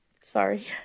Sorry